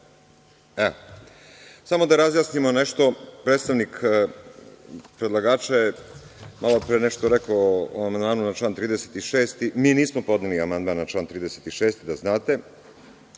Samo da razjasnimo nešto. Predstavnik predlagača je malopre nešto rekao o članu 36. Mi nismo podneli amandman na član 36, da znate.